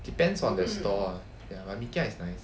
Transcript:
depends on the store ah ya but why mee kia is nice